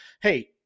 hey